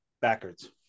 backwards